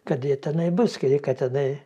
kad jie tenai bus kad jie kad tenai